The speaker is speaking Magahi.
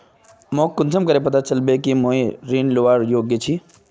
मोक कुंसम करे पता चलबे कि मुई ऋण लुबार योग्य छी?